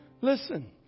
Listen